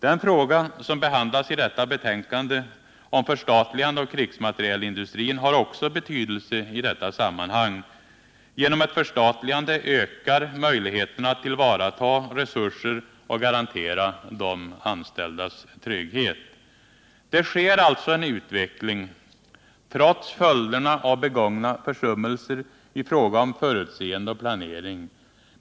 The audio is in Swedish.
Den fråga som behandlas i detta betänkande och som rör förstatligande av krigsmaterielindustrin har också betydelse i detta sammanhang —- genom ett förstatligande ökar möjligheterna att tillvarata resurser och att garantera de anställdas trygghet. Det sker alltså en utveckling trots följderna av begångna försummelser i fråga om förutseende och planering.